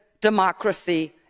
democracy